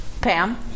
Pam